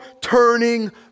turning